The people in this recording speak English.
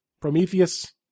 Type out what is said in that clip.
Prometheus